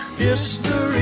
history